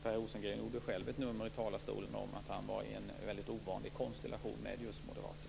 Per Rosengren gjorde själv ett nummer i talarstolen av att han var i en väldigt ovanlig konstellation med just Moderaterna.